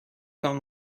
تان